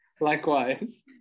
likewise